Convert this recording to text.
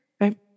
right